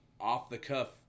off-the-cuff